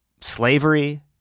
slavery